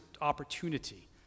opportunity